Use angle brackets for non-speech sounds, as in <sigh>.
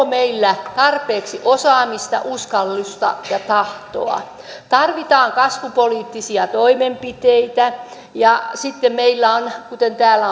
<unintelligible> meillä tarpeeksi osaamista uskallusta ja tahtoa tarvitsemme kasvupoliittisia toimenpiteitä sitten meillä on kuten täällä <unintelligible>